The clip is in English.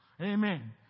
Amen